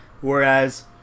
whereas